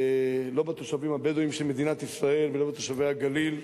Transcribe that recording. לא בתושבים הבדואים של מדינת ישראל ולא בתושבי הגליל.